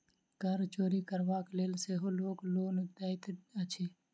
कर चोरि करबाक लेल सेहो लोक लोन लैत अछि